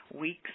weeks